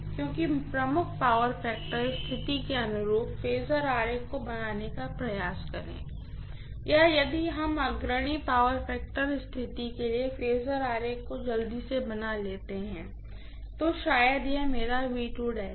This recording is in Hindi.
कृपया प्रमुख पावर फैक्टर स्थिति के अनुरूप फेजर डायग्राम को बनाने का प्रयास करें या यदि हम अग्रणी पावर फैक्टर स्थिति के लिए फेजर डायग्राम को जल्दी से बना लेते हैं तो शायद यह मेरा है